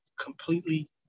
completely